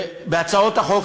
הצעות החוק.